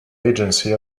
agency